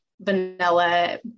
vanilla